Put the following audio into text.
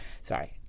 sorry